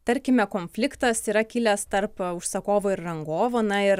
tarkime konfliktas yra kilęs tarp užsakovo ir rangovo na ir